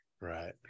Right